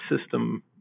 system